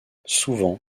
souvent